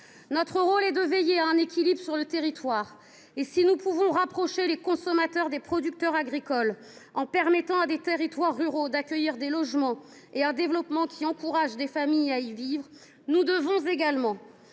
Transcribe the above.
Notre rôle est de veiller à un équilibre sur le territoire. Si nous pouvons rapprocher les consommateurs des producteurs agricoles en permettant à des territoires ruraux de construire des logements et de se développer afin d’encourager des familles à y vivre, nous devons également